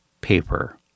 paper